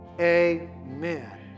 Amen